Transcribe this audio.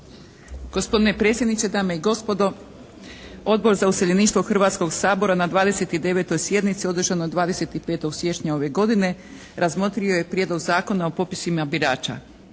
Gospodine predsjedniče, dame i gospodo Odbor za useljeništvo Hrvatskog sabora na 29. sjednici održanoj 25. siječnja ove godine razmotrio je Prijedlog Zakona o popisima birača.